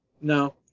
No